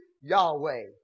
Yahweh